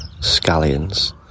scallions